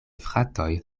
fratoj